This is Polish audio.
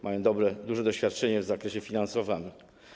Mają duże doświadczenie w zakresie finansowania.